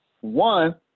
One